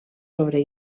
sobre